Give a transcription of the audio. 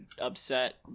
upset